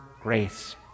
grace